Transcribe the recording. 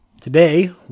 Today